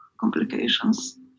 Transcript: complications